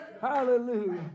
Hallelujah